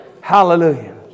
Hallelujah